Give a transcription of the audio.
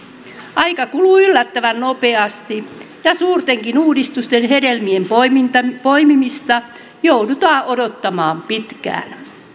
aika kuluu yllättävän nopeasti ja suurtenkin uudistusten hedelmien poimimista poimimista joudutaan odottamaan pitkään